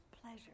pleasure